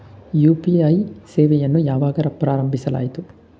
UPI ಸೇವೆಯನ್ನು ಯಾವಾಗ ಪ್ರಾರಂಭಿಸಲಾಯಿತು?